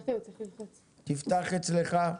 הזה,